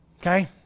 okay